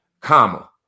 comma